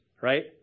right